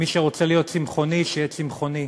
מי שרוצה להיות צמחוני שיהיה צמחוני,